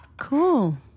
Cool